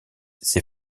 ces